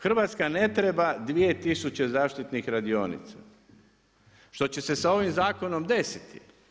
Hrvatska ne treba 2000 zaštitnih radionica, što će se sa ovim zakonom desiti.